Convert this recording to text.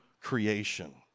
creation